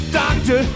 doctor